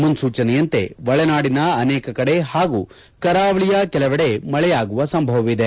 ಮುನ್ಸೂಚನೆಯಂತೆ ಒಳನಾಡಿನ ಅನೇಕ ಕಡೆ ಹಾಗೂ ಕರಾವಳಿಯ ಕೆಲವೆಡೆ ಮಳೆಯಾಗುವ ಸಂಭವವಿದೆ